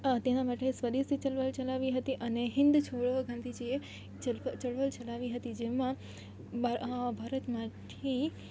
તેના માટે સ્વદેશી ચળવળ ચલાવી હતી અને હિન્દ છોડો ગાંધીજીએ ચળવળ ચલાવી હતી જેમાં ભારતમાંથી